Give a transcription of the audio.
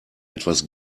etwas